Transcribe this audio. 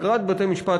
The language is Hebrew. אגרת בתי-משפט,